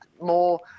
more